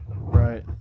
Right